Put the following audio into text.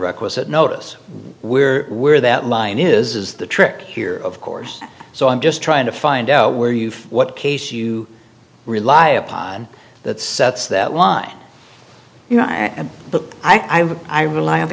requisite notice where we're that line is the trick here of course so i'm just trying to find out where you for what case you rely upon that sets that line you know but i would i rely on the